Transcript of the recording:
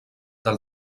del